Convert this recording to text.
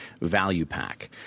ValuePack